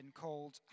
called